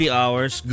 hours